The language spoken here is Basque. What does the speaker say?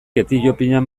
etiopian